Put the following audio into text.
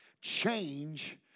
change